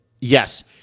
yes